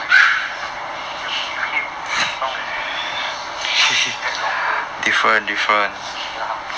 my god you've been with him as long as you have been with me in fact longer and you cannot even 记得他